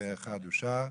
הצבעה אושר.